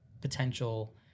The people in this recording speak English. potential